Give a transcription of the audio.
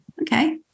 okay